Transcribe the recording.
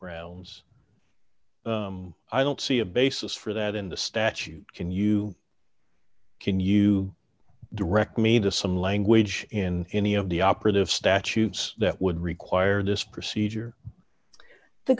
grounds i don't see a basis for that in the statute can you can you direct me to some language in any of the operative statutes that would require this procedure the